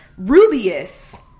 Rubius